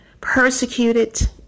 persecuted